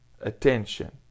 attention